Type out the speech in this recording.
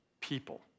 people